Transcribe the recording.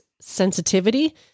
sensitivity